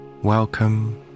Welcome